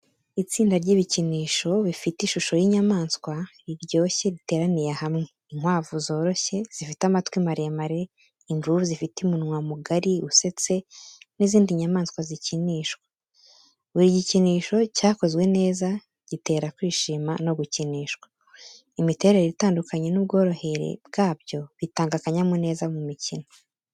Itsinda ry’ibikinisho bifite ishusho y’inyamaswa, riryoshye riteraniye hamwe: inkwavu zoroshye zifite amatwi maremare, imvubu zifite umunwa mugari usetse, n’izindi nyamaswa zikinishwa. Buri gikinisho cyakozwe neza, gitera kwishima no gukinishwa. Imiterere itandukanye n’ubworohere bwabyo bitanga akanyamuneza mu mikino.